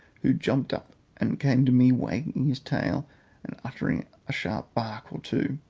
who jumped up and came me wagging his tail and uttering a sharp bark or two.